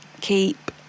keep